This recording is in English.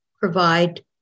provide